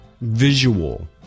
visual